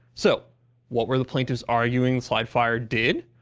so what were the plaintiffs arguing slide fire did?